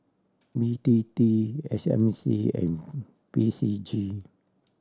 B T T S M C and P C G